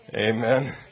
Amen